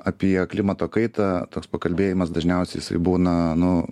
apie klimato kaitą toks pakalbėjimas dažniausiai jisai būna nu